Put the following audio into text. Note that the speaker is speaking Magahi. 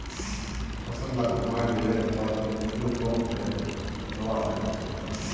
फसल लाक घूमाय लिले पर पिल्लू कम हैं जबा सखछेक